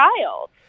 child